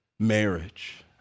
marriage